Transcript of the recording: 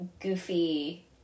goofy